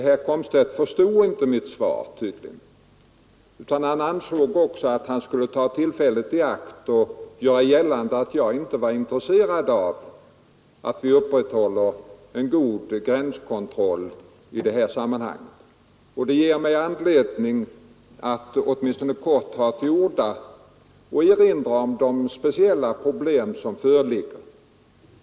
Herr Komstedt förstod tydligen inte mitt svar, utan ansåg att han skulle ta tillfället i akt att göra gällande att jag inte var intresserad av att vi upprätthåller en god gränskontroll i det här sammanhanget. Det ger mig anledning att, åtminstone kort, ta till orda och erinra om de speciella problem som föreligger.